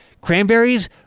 Cranberries